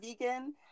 vegan